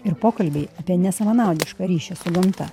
ir pokalbiai apie nesavanaudišką ryšį su gamta